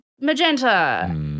magenta